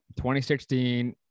2016